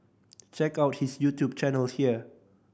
check out his YouTube channel here